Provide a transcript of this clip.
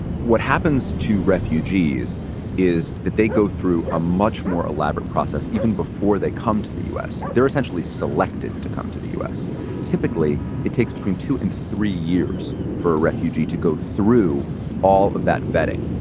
what happens to refugees is that they go through a much more elaborate process even before they come to the u s. they're essentially selected to come to the us. typically, it takes between two and three years for a refugee to go through all of that vetting.